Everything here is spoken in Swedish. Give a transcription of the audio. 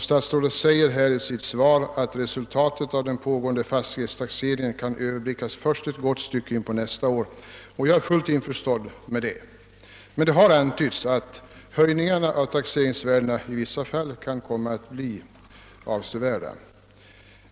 Statsrådet säger nu i sitt svar, att resulatet av den pågående fastighetstaxeringen kan överblickas först ett gott stycke in på nästa år, och det är jag fullt införstådd med. Det har dock antytts att höjningarna av taxeringsvärdena i vissa fall kan komma att bli avsevärda.